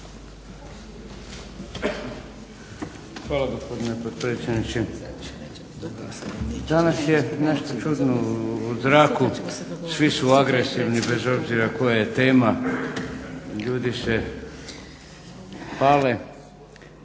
Hvala gospodine potpredsjedniče. Danas je nešto čudno u zraku, svi su agresivni bez obzira koja je tema ljudi se pale.